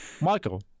Michael